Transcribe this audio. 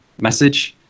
message